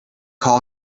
call